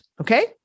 Okay